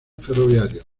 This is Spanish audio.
ferroviario